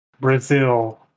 Brazil